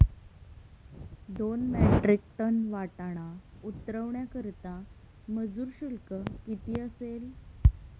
दोन metric tonne वाटाणा उतरवण्याकरता मजूर शुल्क किती असेल?